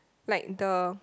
like the